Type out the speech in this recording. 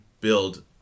build